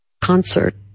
concert